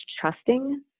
trusting